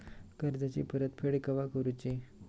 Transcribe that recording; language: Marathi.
कर्जाची परत फेड केव्हा करुची?